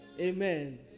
Amen